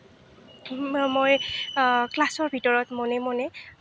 মই ক্লাছৰ ভিতৰত মনে মনে